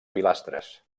pilastres